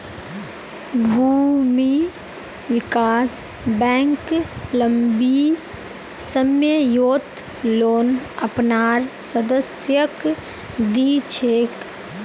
भूमि विकास बैंक लम्बी सम्ययोत लोन अपनार सदस्यक दी छेक